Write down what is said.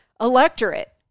electorate